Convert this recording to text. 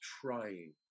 trying